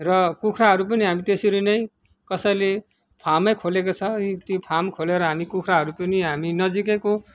र कुखुराहरू पनि हामी त्यसरी नै कसैले फार्मै खोलेको छ ती फार्म खोलेर हामी कुखुराहरू पनि हामी नजिकैको